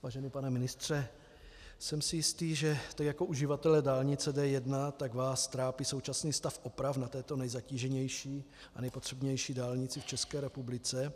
Vážený pane ministře, jsem si jistý, že jak uživatele dálnice D1, tak vás trápí současný stav oprav na této nejzatíženější a nejpotřebnější dálnici v České republice.